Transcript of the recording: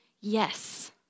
yes